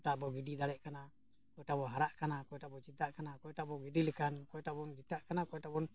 ᱚᱠᱚᱭ ᱚᱠᱚᱭᱴᱟᱜ ᱵᱚ ᱜᱤᱰᱤ ᱫᱟᱲᱮᱭᱟᱜ ᱠᱟᱱᱟ ᱚᱠᱚᱭᱴᱟᱜ ᱵᱚ ᱦᱟᱨᱟᱜ ᱠᱟᱱᱟ ᱚᱠᱚᱭᱴᱟ ᱵᱚ ᱡᱤᱛᱟᱹᱜ ᱠᱟᱱᱟ ᱚᱠᱚᱭᱴᱟᱜ ᱵᱚᱱ ᱜᱤᱰᱤ ᱞᱮᱠᱷᱟᱱ ᱚᱠᱚᱭᱴᱟᱜ ᱵᱚᱱ ᱡᱤᱛᱟᱹᱜ ᱠᱟᱱᱟ ᱚᱠᱚᱭᱴᱟᱜ ᱵᱚᱱ